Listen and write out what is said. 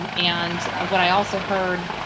um and what i also heard,